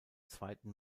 zweiten